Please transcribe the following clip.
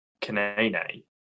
Kanene